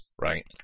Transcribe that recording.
right